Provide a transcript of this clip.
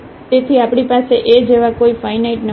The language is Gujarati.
તેથી આપણી પાસે A જેવા કોઈ ફાઇનાઇટ નંબર નથી